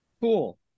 cool